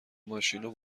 ماشینو